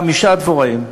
חמישה דבוראים,